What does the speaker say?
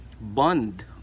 bond